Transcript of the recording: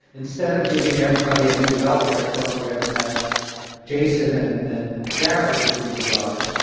instead of giving everybody a new welfare program that jason and and jared would redesign,